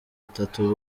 atatu